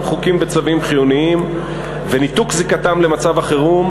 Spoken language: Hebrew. חוקים וצווים חיוניים וניתוק זיקתם למצב החירום,